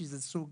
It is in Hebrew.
שזה סוג